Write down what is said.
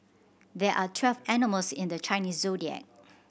there are twelve animals in the Chinese Zodiac